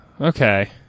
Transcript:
okay